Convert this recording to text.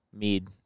mead